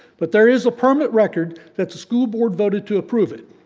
but there is a permanent record that the school board voted to approve it.